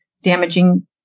damaging